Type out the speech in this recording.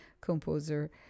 composer